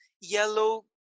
yellow